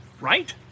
right